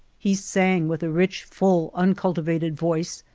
he sang with a rich, full, uncultivated voice,